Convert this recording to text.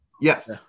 Yes